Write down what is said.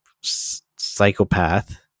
psychopath